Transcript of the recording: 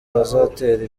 bazatera